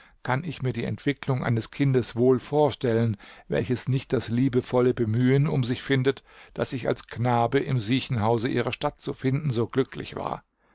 kann ich mir die entwicklung eines kindes wohl vorstellen welches nicht das liebevolle bemühen um sich findet das ich als knabe im siechenhause ihrer stadt zu finden so glücklich war